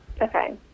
Okay